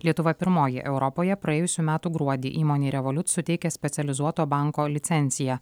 lietuva pirmoji europoje praėjusių metų gruodį įmonei revoliut suteikė specializuoto banko licenciją